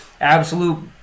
Absolute